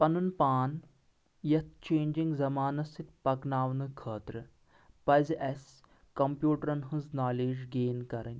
پَنُن پان یَتھ چینجِنٛگ زمانَس سۭتۍ پَکناونہٕ خٲطرٕ پَزِ اَسِہ کمپیوٗٹرٛن ہٕنٛز نالیج گین کَرٕنۍ